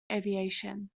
aviation